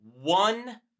one